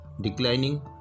declining